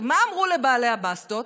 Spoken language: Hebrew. מה אמרו לבעלי הבאסטות?